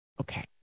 Okay